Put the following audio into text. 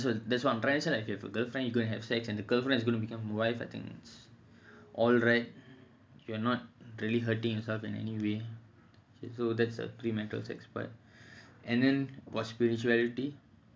ya that's what that's what I'm trying to say like if you have a girlfriend you gonna have sex and the girlfriend's gonna become a wife I think it's alright you're not really hurting yourself in anyway so that's the pre marital sex part and then about spirituality